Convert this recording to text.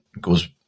goes